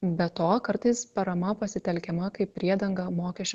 be to kartais parama pasitelkiama kaip priedanga mokesčių